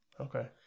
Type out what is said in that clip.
Okay